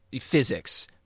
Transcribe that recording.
physics